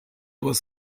was